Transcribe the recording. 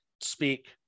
speak